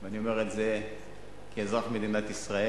ואני אומר את זה כאזרח מדינת ישראל,